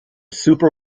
super